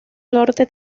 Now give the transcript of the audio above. norte